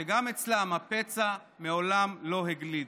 וגם אצלם הפצע מעולם לא הגליד.